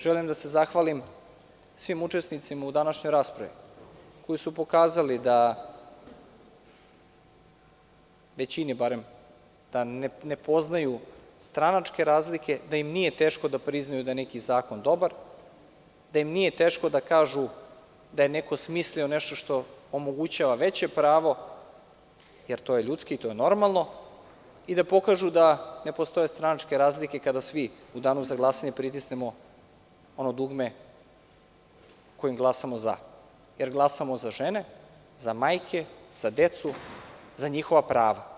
Želim da se zahvalim svi učesnicima u današnjoj raspravi, koji su pokazali da ne poznaju stranačke razlike, da im nije teško da priznaju da je neki zakon dobar, da im nije teško da kažu da je neko smislio nešto što omogućava veće pravo, jer to je ljudski i to je normalno i da pokažu da ne postoje stranačke razlike kada svi u danu za glasanje pritisnemo ono dugme kojim glasamo za, jer glasamo za žene, za majke, za decu, za njihova prava.